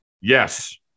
Yes